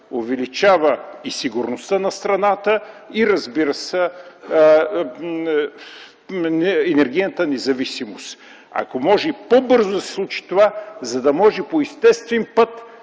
увеличава и сигурността на страната, и, разбира се, енергийната ни независимост. Ако може това да се случи по-бързо, за да може по естествен път